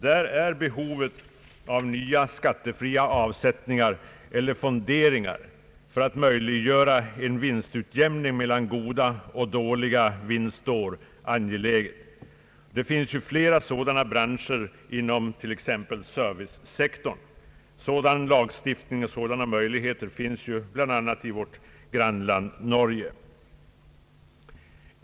Där är behovet av nya skattefria avsättningar eller fonderingar för att möjliggöra en vinstutjämning mellan goda och dåliga år angeläget. Det finns ju flera sådana branscher inom t.ex. servicesektorn. Möjligheter till sådan vinstutjämning finns bl.a. i vårt grannland Norge.